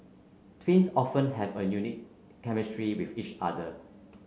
twins often have a unique chemistry with each other